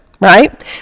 right